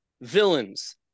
Villains